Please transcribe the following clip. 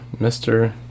Mr